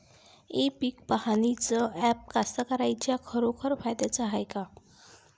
इ पीक पहानीचं ॲप कास्तकाराइच्या खरोखर फायद्याचं हाये का?